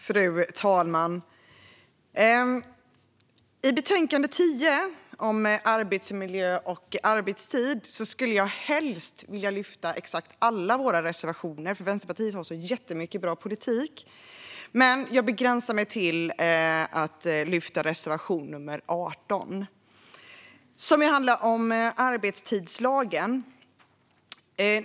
Fru talman! I betänkandet 2019/20:AU10 om arbetsmiljö och arbetstid skulle jag helst vilja yrka bifall till alla våra reservationer, eftersom Vänsterpartiet har så jättemycket bra politik. Jag begränsar mig dock till att yrka bifall till reservation 18, som handlar om arbetstidslagen.